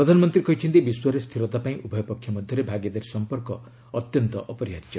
ପ୍ରଧାନମନ୍ତ୍ରୀ କହିଛନ୍ତି ବିଶ୍ୱରେ ସ୍ଥିରତା ପାଇଁ ଉଭୟପକ୍ଷ ମଧ୍ୟରେ ଭାଗିଦାରୀ ସମ୍ପର୍କ ଅତ୍ୟନ୍ତ ଅପରିହାର୍ଯ୍ୟ